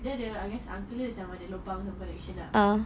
then I guess uncle dia macam ada collection lah